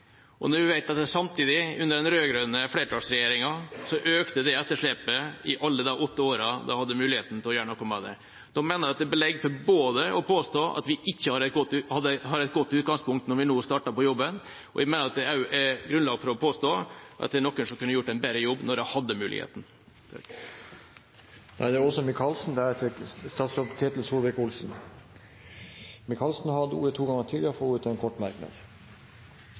Når vi samtidig vet at etterslepet økte under den rød-grønne regjeringa i alle de åtte årene de hadde muligheten til å gjøre noe med det, mener jeg det er belegg for å påstå at vi ikke har et godt utgangspunkt når vi nå starter på jobben, og også at det er grunnlag for å påstå at det er noen som kunne gjort en bedre jobb da de hadde muligheten. Representanten Åse Michaelsen har hatt ordet to ganger tidligere og får ordet til en kort merknad,